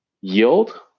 yield